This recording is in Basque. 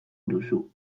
duzu